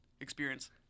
experience